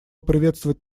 приветствовать